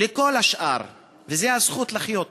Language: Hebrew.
לכל השאר, וזה הזכות לחיות